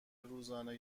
روزانه